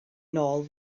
nôl